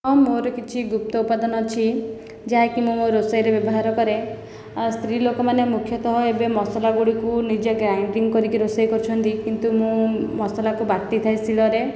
ହଁ ମୋର କିଛି ଗୁପ୍ତ ଉପାଦାନ ଅଛି ଯାହାକି ମୁଁ ମୋ ରୋଷେଇରେ ବ୍ୟବହାର କରେ ଆଉ ସ୍ତ୍ରୀ ଲୋକମାନେ ମୁଖ୍ୟତଃ ଏବେ ମସଲା ଗୁଡ଼ିକୁ ନିଜେ ଗ୍ରାଇଣ୍ଡିଙ୍ଗ କରିକି ରୋଷେଇ କରୁଛନ୍ତି କିନ୍ତୁ ମୁଁ ମସଲାକୁ ବାଟିଥାଏ ଶିଳରେ